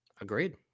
Agreed